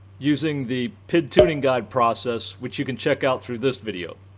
using the pid tuning guide process which you can check out through this video.